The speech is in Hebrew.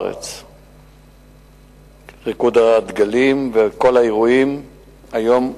"ריקוד דגלים" וכל האירועים היום,